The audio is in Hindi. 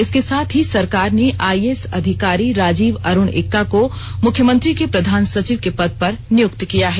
इसके साथ ही सरकार ने आइएएस अधिकारी राजीव अरुण एक्का को मुख्यमंत्री के प्रधान सचिव के पद पर नियुक्त किया है